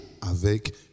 avec